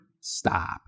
stop